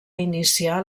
iniciar